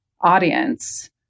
audience